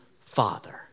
Father